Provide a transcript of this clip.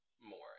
more